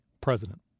president